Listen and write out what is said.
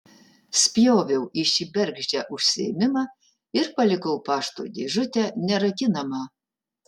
spjoviau į šį bergždžią užsiėmimą ir palikau pašto dėžutę nerakinamą